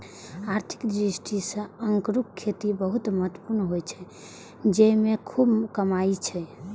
आर्थिक दृष्टि सं अंगूरक खेती बहुत महत्वपूर्ण होइ छै, जेइमे खूब कमाई छै